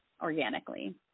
organically